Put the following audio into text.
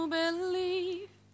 believe